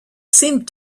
seemed